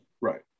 Right